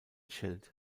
schild